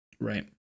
Right